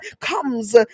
comes